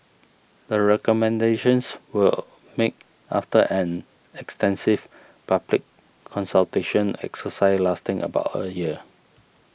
the recommendations were made after an extensive public consultation exercise lasting about a year